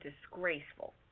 disgraceful